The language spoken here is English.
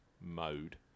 mode